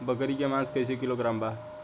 बकरी के मांस कईसे किलोग्राम बा?